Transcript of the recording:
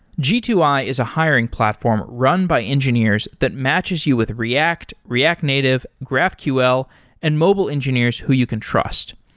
g two i is a hiring platform run by engineers that matches you with react, react native, graphql and mobile engineers who you can trust.